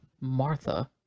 Martha